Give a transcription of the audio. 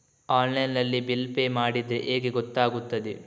Online ನಲ್ಲಿ bill pay ಮಾಡಿದ್ರೆ ಹೇಗೆ ಗೊತ್ತಾಗುತ್ತದೆ?